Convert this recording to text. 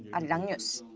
and arirang news.